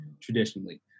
traditionally